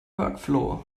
workflow